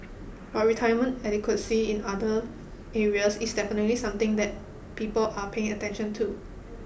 but retirement adequacy in other areas is definitely something that people are paying attention to